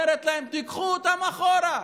אומרת להם: תיקחו אותם אחורה,